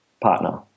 partner